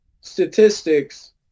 statistics